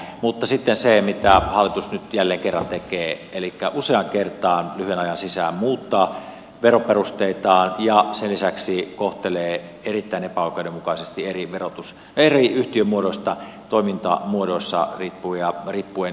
mutta sitten se mitä hallitus nyt jälleen kerran tekee elikkä useaan kertaan lyhyen ajan sisään muuttaa veroperusteitaan ja sen lisäksi kohtelee erittäin epäoikeudenmukaisesti eri yhtiömuodoista toimintamuodoista riippuen yrityksiä